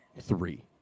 three